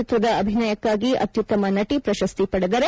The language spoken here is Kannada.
ಚಿತ್ರದ ಅಭಿನಯಕ್ನಾಗಿ ಅತ್ನುತ್ತಮ ನಟಿ ಪ್ರಶಸ್ತಿ ಪಡೆದರು